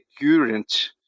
current